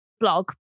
blog